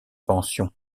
pension